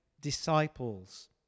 disciples